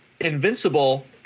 Invincible